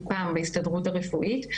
בהסתדרות הרפואית.